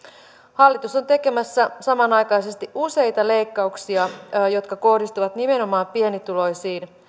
hallitus on tekemässä samanaikaisesti useita leikkauksia jotka kohdistuvat nimenomaan pienituloisiin